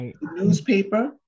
newspaper